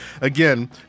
again